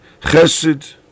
Chesed